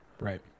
Right